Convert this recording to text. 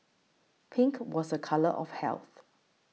pink was a colour of health